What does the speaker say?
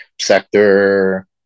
Sector